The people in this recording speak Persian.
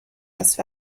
است